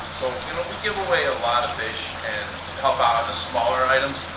you know we give away a lot of fish and help out on the smaller items.